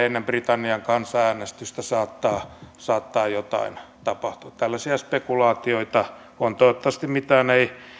ennen britannian kansan äänestystä saattaa saattaa jotain tapahtua tällaisia spekulaatioita on toivottavasti mitään ei